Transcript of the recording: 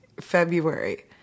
February